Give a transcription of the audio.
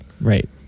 Right